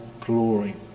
glory